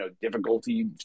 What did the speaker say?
difficulty